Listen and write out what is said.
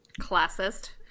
Classist